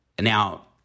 now